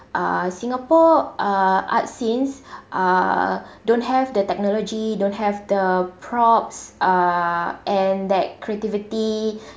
uh singapore uh arts scenes uh don't have the technology don't have the props uh and that creativity